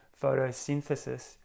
photosynthesis